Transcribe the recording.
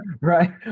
right